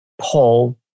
Paul